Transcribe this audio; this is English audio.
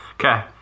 Okay